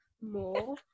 more